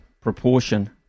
proportion